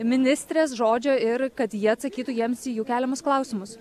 ministrės žodžio ir kad jie atsakytų jiems į jų keliamus klausimus